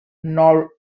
nor